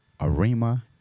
Arima